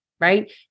right